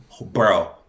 Bro